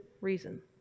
reason